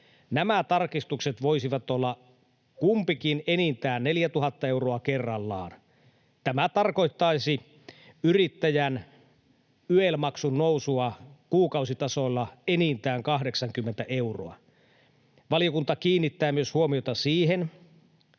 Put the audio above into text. Nämä tarkistukset voisivat olla kumpikin enintään 4 000 euroa kerrallaan. Tämä tarkoittaisi yrittäjän YEL-maksun nousua kuukausitasolla enintään 80 euroa. Valiokunta myös kiinnittää huomiota siihen,